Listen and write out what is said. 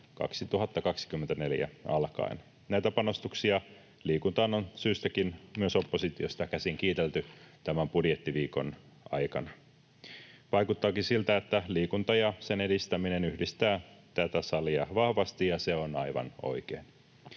2024 alkaen. Näitä panostuksia liikuntaan on syystäkin myös oppositiosta käsin kiitelty tämän budjettiviikon aikana. Vaikuttaakin siltä, että liikunta ja sen edistäminen yhdistävät tätä salia vahvasti, ja se on aivan oikein.